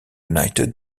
united